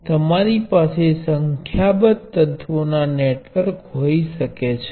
હવે આપણે આ પ્રવાહ સ્ત્રોત ને કનેક્ટ કરવાની કલ્પના કરી શકીએ